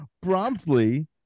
promptly